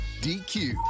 DQ